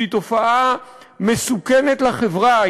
שהיא תופעה מסוכנת לחברה,